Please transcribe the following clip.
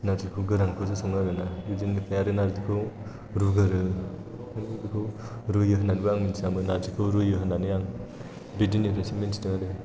नारजिखौ गोरानखौसो सङो आरोना बिदिनो आरो नारजिखौ रुग्रोयो माने बेखौ रुयो होनानैबो आं मिन्थियामोन नारजिखौ रुयो होननानै आं बे दिननिफ्रायसो मिन्थिदों आरो